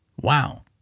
Wow